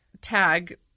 tag